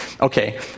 okay